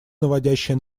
наводящее